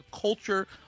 culture